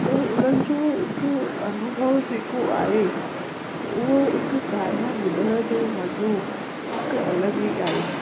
त उन्हनि जो हिकु अनूभव जेको आहे उहो हिकु गानो ॿुधण जो मज़ो हिकु अलॻि ई आहे